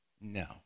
No